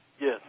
Yes